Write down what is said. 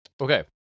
Okay